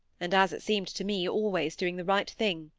and, as it seemed to me, always doing the right thing.